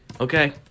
Okay